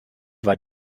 war